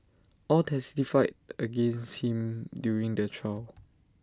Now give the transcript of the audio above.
all testified against him during the trial